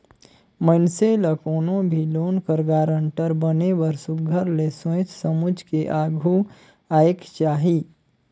मइनसे ल कोनो भी लोन कर गारंटर बने बर सुग्घर ले सोंएच समुझ के आघु आएक चाही